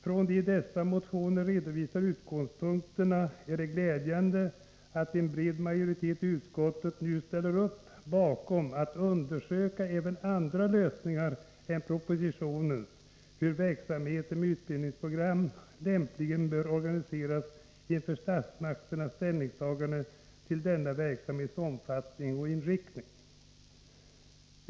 Från de i dessa motioner redovisade utgångspunkterna är det glädjande att en bred majoritet i utskottet nu ställer upp bakom förslaget att undersöka även andra lösningar än propositionens hur verksamheten med utbildningsprogram lämpligen bör organiseras inför statsmakternas ställningstagande till denna verksamhets omfattning och inriktning.